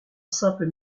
simple